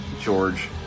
George